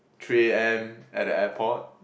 three A_M at the airport